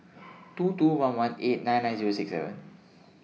two two one one eight nine nine Zero six seven